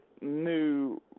new